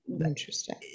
Interesting